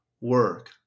work